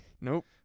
Nope